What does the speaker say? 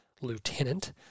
lieutenant